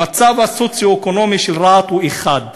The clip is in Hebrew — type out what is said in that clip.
המצב הסוציו-אקונומי של רהט הוא 1,